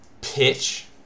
pitch